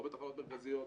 לא בתחנות מרכזיות,